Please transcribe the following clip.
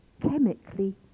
chemically